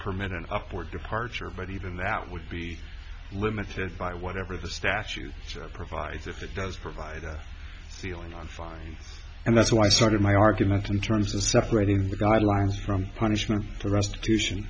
permit an upward departure but even that would be limited by whatever the statute provides if it does provide a ceiling on fines and that's why i started my argument in terms of separating the guidelines from punishment for